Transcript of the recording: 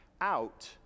out